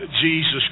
Jesus